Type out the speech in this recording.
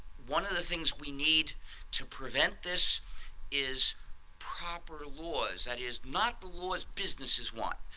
one of the things we need to prevent this is proper laws. that is, not the laws businesses want.